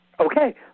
Okay